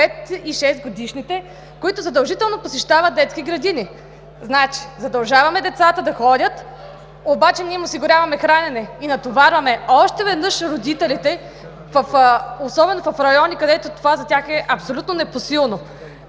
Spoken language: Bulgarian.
пет-шестгодишните, които задължително посещават детски градини. Значи, задължаваме децата да ходят, обаче не им осигуряваме хранене и натоварваме още веднъж родителите, особено в райони, където това за тях е абсолютно непосилно.